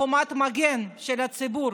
חומת מגן של הציבור